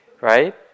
right